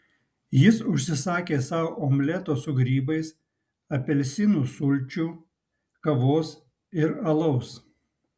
jis užsisakė sau omleto su grybais apelsinų sulčių kavos ir alaus